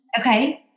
Okay